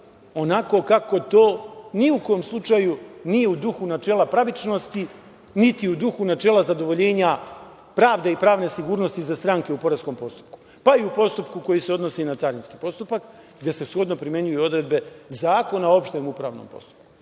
onako kako to ni u kom slučaju nije u duhu načela pravičnosti, niti u duhu načela zadovoljenja pravde i pravne sigurnosti za stranke u poreskom postupku, pa i u postupku koji se odnosi na carinski postupak, gde se shodno primenjuju odredbe Zakona o opštem upravnom postupku.